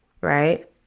right